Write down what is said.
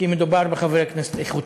כי מדובר בחבר כנסת איכותי.